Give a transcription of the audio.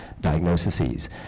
diagnoses